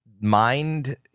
mind